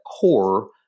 core